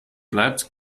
bleibt